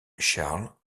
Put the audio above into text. charles